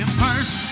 first